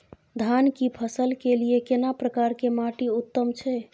धान की फसल के लिये केना प्रकार के माटी उत्तम छै?